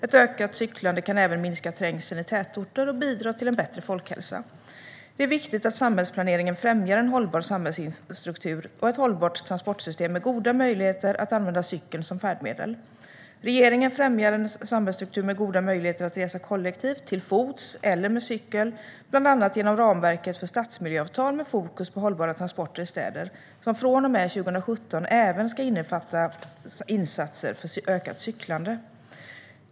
Ett ökat cyklande kan även minska trängseln i tätorter och bidra till en bättre folkhälsa. Det är viktigt att samhällsplaneringen främjar en hållbar samhällsstruktur och ett hållbart transportsystem med goda möjligheter att använda cykeln som färdmedel. Regeringen främjar en samhällsstruktur med goda möjligheter att resa kollektivt, till fots eller med cykel bland annat genom ramverket för stadsmiljöavtal med fokus på hållbara transporter i städer, som från och med 2017 även ska innefatta insatser för ökat cyklande.